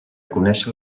conéixer